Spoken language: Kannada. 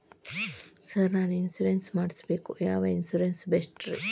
ಸರ್ ನಾನು ಇನ್ಶೂರೆನ್ಸ್ ಮಾಡಿಸಬೇಕು ಯಾವ ಇನ್ಶೂರೆನ್ಸ್ ಬೆಸ್ಟ್ರಿ?